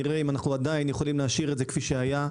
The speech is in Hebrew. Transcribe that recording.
נראה אם אנחנו עדיין יכולים להשאיר את זה כפי שהיה.